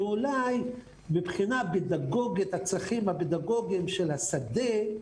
שאולי מבחינה פדגוגית הצרכים הפדגוגיים של השדה,